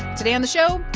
today on the show,